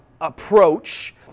approach